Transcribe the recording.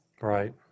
Right